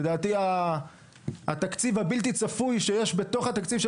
לדעתי התקציב הבלתי צפוי שיש בתוך התקציב של